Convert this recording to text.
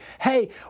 hey